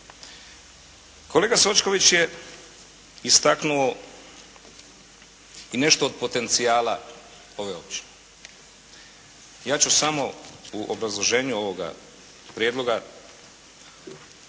Kolega Sočković je istaknuo i nešto od potencijala ove općine. Ja ću samo u obrazloženju ovoga Prijedloga